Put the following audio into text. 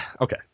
Okay